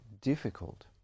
difficult